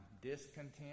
discontent